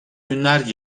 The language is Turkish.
günler